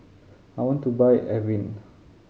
I want to buy Avene